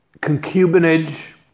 concubinage